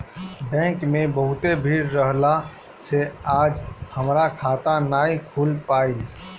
bank में बहुते भीड़ रहला से आज हमार खाता नाइ खुल पाईल